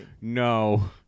no